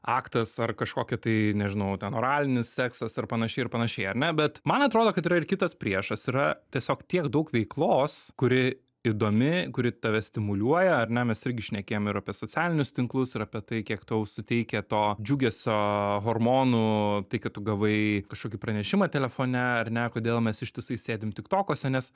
aktas ar kažkokia tai nežinau ten oralinis seksas ar panašiai ir panašiai ar ne bet man atrodo kad yra ir kitas priešas yra tiesiog tiek daug veiklos kuri įdomi kuri tave stimuliuoja ar ne mes irgi šnekėjom ir apie socialinius tinklus ir apie tai kiek tau suteikia to džiugesio hormonų tai kad tu gavai kažkokį pranešimą telefone ar ne kodėl mes ištįsai sėdim tiktokuose nes